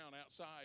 outside